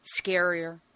scarier